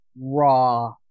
raw